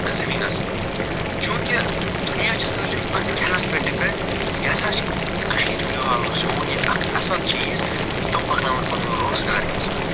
زٔمیٖنَس منٛز چوٗنٛکہِ دُنیا چھُ سٲلِم أتھۍ کھیٚنس پٮ۪ٹھ ڈِپیٚنٛڈ یہِ ہسا چھُ کٔشیٖرِ ہنٛد زیٛوٗن یہِ اکھ اصٕل چیٖز تٕم پَکناوَن پَنُن روزاگار اَمہِ سۭتۍ